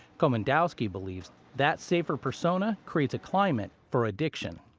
komendowski believes that safer persona creates a climate for addiction.